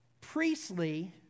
priestly